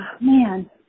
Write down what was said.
man